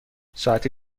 ساعتی